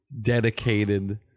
dedicated